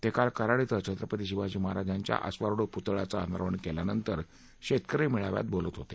ते काल कराड श्वे छत्रपती शिवाजी महाराजांच्या अश्वारुढ पुतळ्याचं अनावरण केल्यानंतर शेतकरी मेळाव्यात बोलत होते